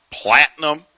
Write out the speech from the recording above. platinum